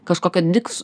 kažkokio diks